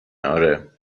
آره